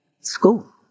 school